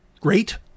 great